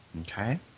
Okay